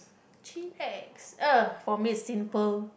for me is simple